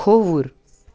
کھووُر